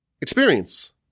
experience